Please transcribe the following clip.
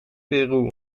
peru